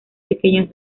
pequeñas